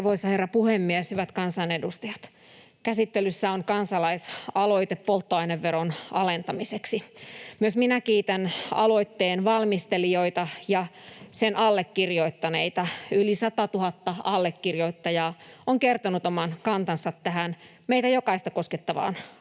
Arvoisa herra puhemies! Hyvät kansanedustajat! Käsittelyssä on kansalaisaloite polttoaineveron alentamiseksi. Myös minä kiitän aloitteen valmistelijoita ja sen allekirjoittaneita. Yli 100 000 allekirjoittajaa on kertonut oman kantansa tähän meitä jokaista koskettavaan